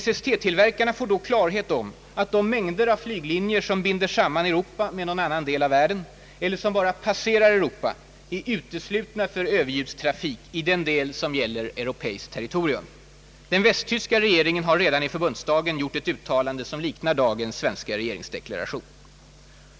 SST-tillverkarna får då klarhet om att de mängder av flyglinjer som binder samman Europa med någon annan del av världen eller som bara passerar Europa är uteslutna för överljudstrafik i den del som gäller europeiskt territorium. Den västtyska regeringen har redan i förbundsdagen gjort ett uttalande som liknar dagens svenska regeringsdeklaration.